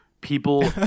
People